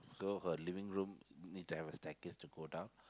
so her living room need to have a stair case to go down